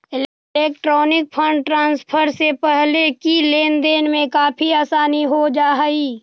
electronic fund transfer से पैसे की लेन देन में काफी आसानी हो जा हई